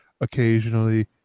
occasionally